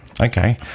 okay